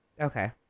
Okay